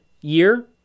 year